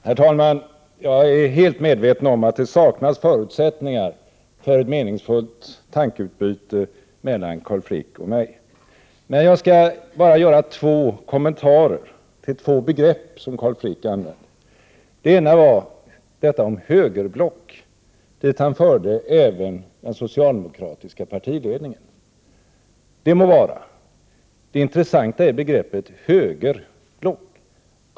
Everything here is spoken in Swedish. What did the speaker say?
Herr talman! Jag är helt medveten om att det saknas förutsättningar för ett meningsfullt tankeutbyte mellan Carl Frick och mig, men jag skall ändå kommentera två begrepp som Carl Frick använde. Det ena var ”högerblocket”, dit han förde även den socialdemokratiska partiledningen. Det må vara — det intressanta är själva begreppet ”högerblock”.